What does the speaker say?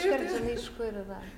iškart žinai iš kur yra